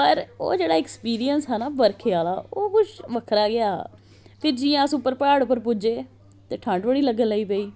पर ओह् जेहड़ा ऐक्सपिरियंस हा ना बरखे आहला ओह् कुछ बक्खरा गै हा फिर जियां अस उप्पर प्हाड़ उप्पर पुज्जे ते ठंड बड़ी लग्गन लगी पेई